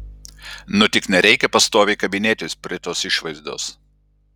nu tik nereikia pastoviai kabinėtis prie tos išvaizdos